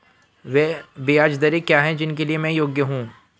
वे ब्याज दरें क्या हैं जिनके लिए मैं योग्य हूँ?